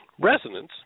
Resonance